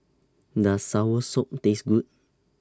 Does Soursop Taste Good